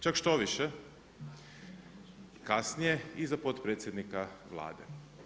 Čak štoviše, kasnije i za potpredsjednika Vlade.